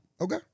Okay